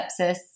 sepsis